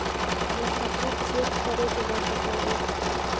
हमरा खाता चेक करे के बा बताई?